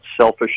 selfish